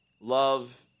love